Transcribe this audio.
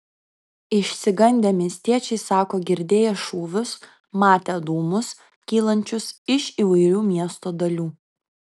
išsigandę miestiečiai sako girdėję šūvius matę dūmus kylančius iš įvairių miesto dalių